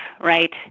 right